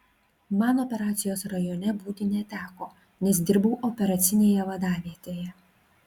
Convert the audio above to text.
man operacijos rajone būti neteko nes dirbau operacinėje vadavietėje